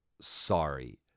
sorry